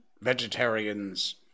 vegetarians